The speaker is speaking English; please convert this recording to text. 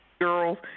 girls